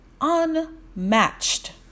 Unmatched